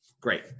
great